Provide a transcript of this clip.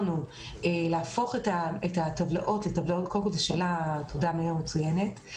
מאיר, זו שאלה מצוינת.